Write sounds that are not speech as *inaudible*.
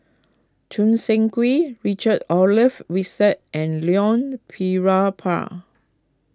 Choo Seng Quee Richard Olaf Winstedt and Leon *unintelligible*